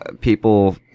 People